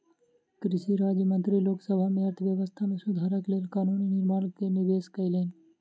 कृषि राज्य मंत्री लोक सभा में अर्थव्यवस्था में सुधारक लेल कानून निर्माण के निवेदन कयलैन